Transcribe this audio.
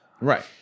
Right